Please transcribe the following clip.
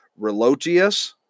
Relotius